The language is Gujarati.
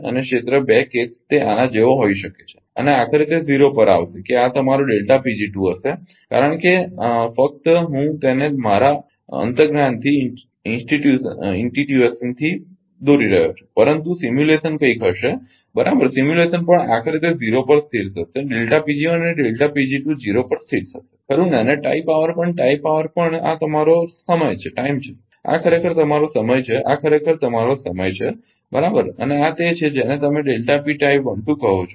અને ક્ષેત્ર 2 કેસ તે આના જેવો હોઈ શકે છે અને આખરે તે 0 પર આવશે કે આ તમારો હશે કારણ કે આ ફક્ત હું તેને મારા અંતર્જ્ઞાનથી દોરી રહ્યો છું પરંતુ સિમ્યુલેશન કંઈક હશે બરાબર સિમ્યુલેશન પણ આખરે તે 0 પર સ્થિર થશે અને 0 પર સ્થિર થશે ખરુ ને અને ટાઇ પાવર પણ ટાઇ પાવર પણ આ તમારો સમય છે આ ખરેખર તમારો સમય છે આ ખરેખર તમારો સમય છે બરાબર છે અને આ તે છે જેને તમે કહો છો